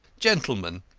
gentlemen,